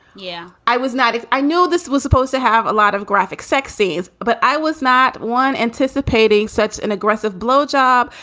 yeah. i was not if i know this was supposed to have a lot of graphic sex scenes, but i was not one anticipating such an aggressive blowjob.